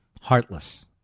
Heartless